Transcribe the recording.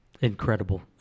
incredible